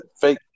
fake